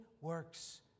works